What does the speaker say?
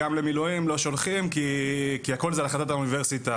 גם למילואים לא שולחים כי הכול זה החלטת האוניברסיטה,